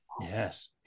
Yes